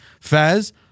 Fez